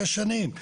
שש שנים.